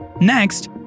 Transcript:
Next